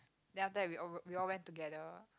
then after that we all we all went together